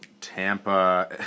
Tampa